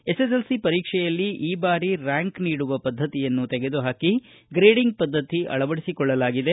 SSLC ಪರೀಕ್ಷೆಯಲ್ಲಿ ಈ ಬಾರಿ ರ್ಹಾಂಕ್ ನೀಡುವ ಪದ್ದತಿಯನ್ನು ತೆಗೆದುಹಾಕಿ ಗ್ರೇಡಿಂಗ್ ಪದ್ದತಿ ಅಳವಡಿಸಿಕೊಳ್ಳಲಾಗಿದೆ